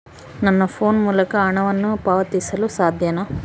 ನನ್ನ ಫೋನ್ ಮೂಲಕ ಹಣವನ್ನು ಪಾವತಿಸಲು ಸಾಧ್ಯನಾ?